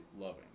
loving